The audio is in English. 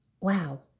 Wow